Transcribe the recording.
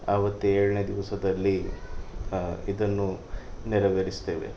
ಆವತ್ತು ಏಳನೇ ದಿವಸದಲ್ಲಿ ಇದನ್ನು ನೆರವೇರಿಸ್ತೇವೆ